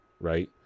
right